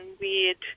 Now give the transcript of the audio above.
weird